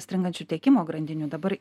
stringančių tiekimo grandinių dabar